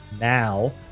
now